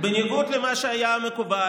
בניגוד למה שהיה מקובל,